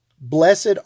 Blessed